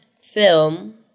film